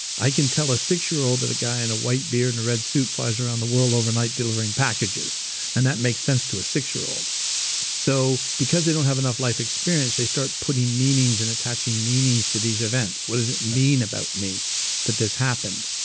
i can tell a six year old that a guy in a white beard and a red suit flies around the world overnight delivering packages and that makes sense to a six year old so because they don't have enough life experience they start putting meaning and attaching meanings to these events. what does it mean about me that this happened,